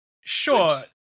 sure